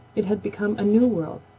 it had become a new world,